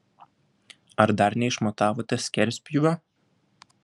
ar dar neišmatavote skerspjūvio